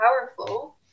powerful